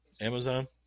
Amazon